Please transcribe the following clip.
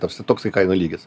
tarsi toksai kainų lygis